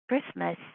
Christmas